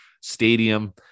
stadium